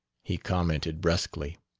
he commented brusquely.